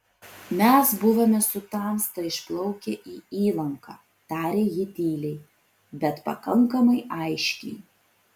mes buvome su tamsta išplaukę į įlanką tarė ji tyliai bet pakankamai aiškiai